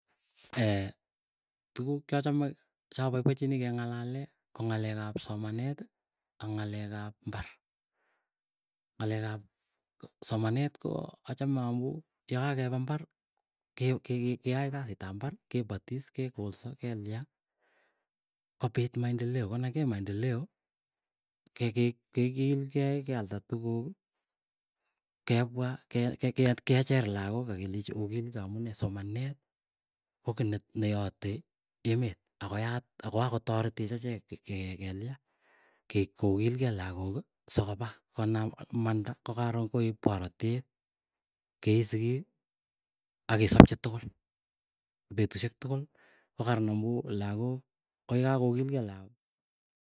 Eeh tuguk cha chame cha baibachinii gengalalee go ngalek ap, somanet ii ak ngalek ab mbar. ngalek ab somanet achame am gebwaa gecher lakwet u go ye gagebee mbar ge ay gasit ab mbar gebatis gegolsa ge lyaa gobiit maendeleo. Go negiay maendeleo gegilgey gealda tuguk. gebwaa gecher lagok agelechi ogilgey amuu nee somanet go giy neyatey emet ago yat ago gagotoretech achek gelya gogilgey lagok. So gobaa imanda si garon goek borotet ge ii sigik agesabche tugul betusyek tugul gogararan amuu lagok goo yegagogilgei lagok.